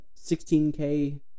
16K